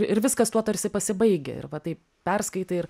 ir viskas tuo tarsi pasibaigia ir va taip perskaitai ir